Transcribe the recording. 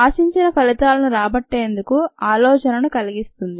ఆశించిన ఫలితాలను రాబట్టేందుకు ఆలోచనను కల్గిస్తుంది